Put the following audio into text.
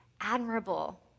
admirable